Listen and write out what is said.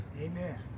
Amen